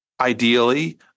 ideally